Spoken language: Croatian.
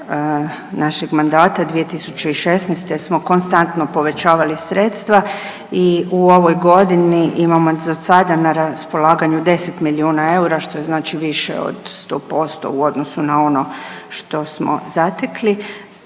našeg mandata 2016. smo konstantno povećavali sredstva i u ovoj godini imamo za sada na raspolaganju 10 milijuna eura što je znači više od 100 posto u odnosu na ono što smo zatekli.